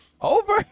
Over